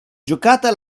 giocata